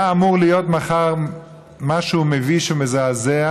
היה אמור להיות מחר משהו מביש ומזעזע,